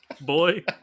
boy